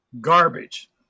garbage